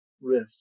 risk